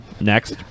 Next